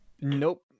Nope